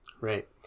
Right